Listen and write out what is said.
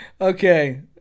Okay